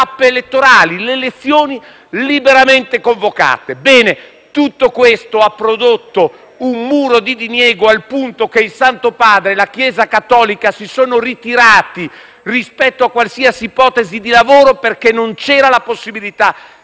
tappe elettorali, le elezioni liberamente convocate. Ebbene, tutto questo ha prodotto un muro di diniego, al punto che il Santo Padre e la Chiesa cattolica si sono ritirati rispetto a qualsiasi ipotesi di lavoro, perché non c'era la possibilità